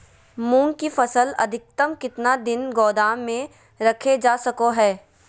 मूंग की फसल अधिकतम कितना दिन गोदाम में रखे जा सको हय?